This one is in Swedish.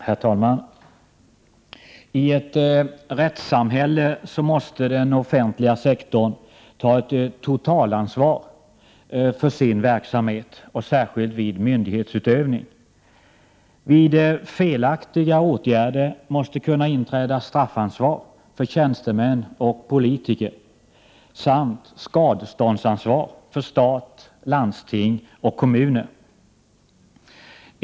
Herr talman! I ett rättssamhälle måste den offentliga sektorn ta ett totalansvar för sin verksamhet, och särskilt vid myndighetsutövning. Vid felaktiga åtgärder måste straffansvar kunna inträda för tjänstemän och politiker samt skadeståndsansvar för stat, landsting och kommuner.